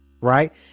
right